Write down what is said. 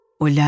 Olhar